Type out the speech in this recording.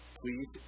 please